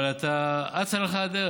אבל אתה, אצה לך הדרך.